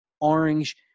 orange